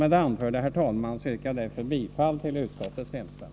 Med det anförda yrkar jag bifall till utskottets hemställan.